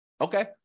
Okay